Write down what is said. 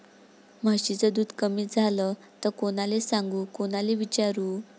म्हशीचं दूध कमी झालं त कोनाले सांगू कोनाले विचारू?